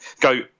go